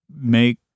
make